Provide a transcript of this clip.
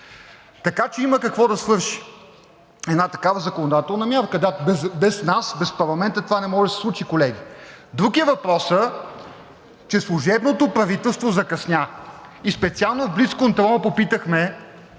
Така че има какво да свърши една такава законодателна мярка. Да, без нас, без парламента това не може да се случи, колеги. Друг е въпросът, че служебното правителство закъсня. Специално в блицконтрола попитахме